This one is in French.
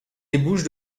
débouche